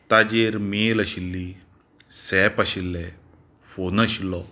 ताचेर मेल आशिल्ली सॅप आशिल्लें फोन आशिल्लो